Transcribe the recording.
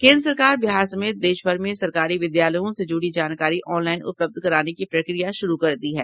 केंद्र सरकार बिहार समेत देशभर के सरकारी विद्यालयों से जुड़ी जानकारी ऑनलाइन उपलब्ध कराने की प्रक्रिया शुरू कर दी है